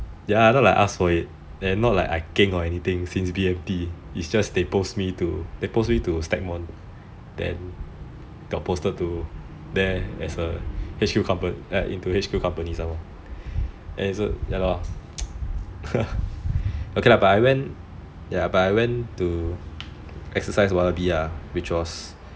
ya not like I asked for it not like I keng or anything since B_M_T it's just they post me to stagmont then got posted to there as a H_Q company some more okay lah but I went to exercise wannabe ah which was